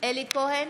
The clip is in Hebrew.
אלי כהן,